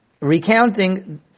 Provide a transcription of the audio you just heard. recounting